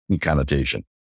connotation